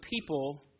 people